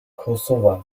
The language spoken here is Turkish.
kosova